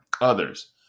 others